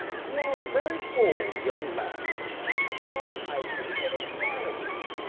you are a very bold young man, and talk, i think, a little wildly.